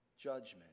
judgment